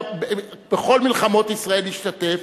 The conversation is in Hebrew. בכל מלחמות ישראל השתתף,